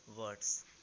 words